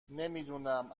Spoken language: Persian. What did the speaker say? نمیدونم